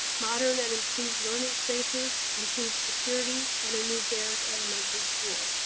modern and improved learning spaces, improved security, and a new baird elementary school.